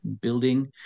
building